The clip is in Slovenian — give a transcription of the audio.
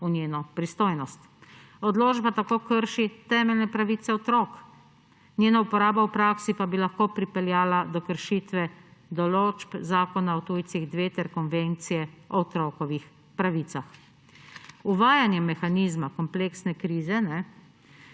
v njeno pristojnost. Odločba tako krši temeljne pravice otrok, njena uporaba v praksi pa bi lahko pripeljala do kršitve določb Zakona o tujcih 2, ter Konvencije o otrokovih pravicah. Uvajanje mehanizma kompleksne krize